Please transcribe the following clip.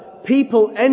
People